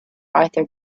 arthur